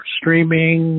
streaming